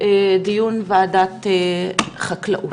דיון ועדת חקלאות.